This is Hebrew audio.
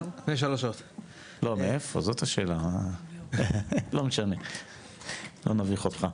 לא משנה, לא נביך אותך.